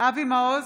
אבי מעוז,